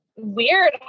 weird